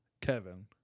Kevin